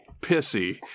pissy